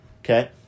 Okay